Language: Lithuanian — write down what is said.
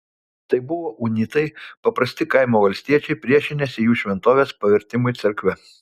tai buvo unitai paprasti kaimo valstiečiai priešinęsi jų šventovės pavertimui cerkve